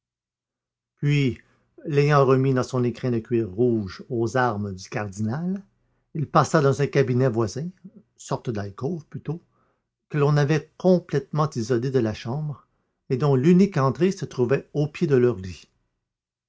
puis l'ayant remis dans son écrin de cuir rouge aux armes du cardinal il passa dans un cabinet voisin sorte d'alcôve plutôt que l'on avait complètement isolée de la chambre et dont l'unique entrée se trouvait au pied de leur lit